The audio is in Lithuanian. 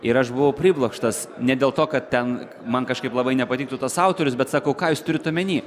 ir aš buvau priblokštas ne dėl to kad ten man kažkaip labai nepatiktų tas autorius bet sakau ką jūs turit omeny